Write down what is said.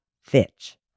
Fitch